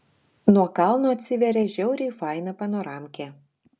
nuo kalno atsiveria žiauriai faina panoramkė